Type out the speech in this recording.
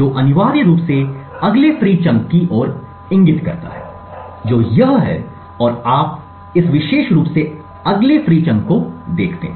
जो अनिवार्य रूप से अगले फ्री चंक की ओर इशारा करता है जो यह है और आप इस विशेष रूप से अगले फ्री चंक को देखते हैं